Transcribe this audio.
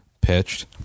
pitched